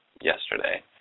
yesterday